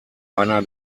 einer